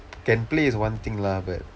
can play is one thing lah but